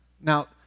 now